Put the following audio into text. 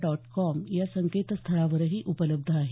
dot com या संकेतस्थळावरही उपलब्ध आहे